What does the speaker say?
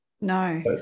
No